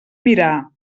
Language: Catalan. mirar